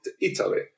Italy